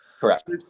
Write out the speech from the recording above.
Correct